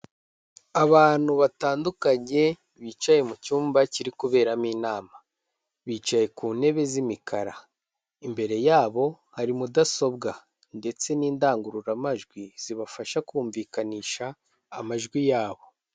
Abantu batandukanye, bicaye mu cyumba kiri kuberamo inama, bicaye ku ntebe z'imikara, imbere yabo hari mudasobwa, ndetse n'indangururamajwi, zibafasha kumvikanisha amajwi yabo.